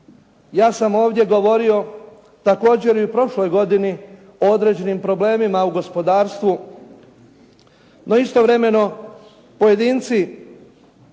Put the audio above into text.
Ja sam ovdje govorio također i u prošloj godini o određenim problemima u gospodarstvu, no istovremeno pojedinci